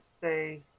say